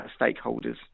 stakeholders